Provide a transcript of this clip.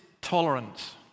tolerance